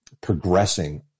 progressing